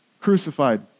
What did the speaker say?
crucified